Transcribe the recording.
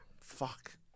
fuck